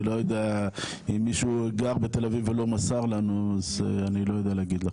אני לא יודע אם מישהו גר בתל אביב ולא מסר לנו אז אני לא יודע להגיד לך.